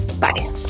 Bye